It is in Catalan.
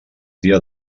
dia